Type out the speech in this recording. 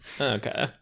Okay